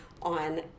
on